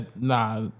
Nah